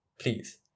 please